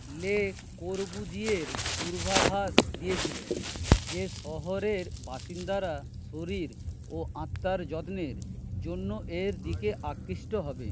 লে কর্বুজিয়ের পূর্বাভাস দিয়েছেন যে শহরের বাসিন্দারা শরীর ও আত্মার যত্নের জন্য এর দিকে আকৃষ্ট হবে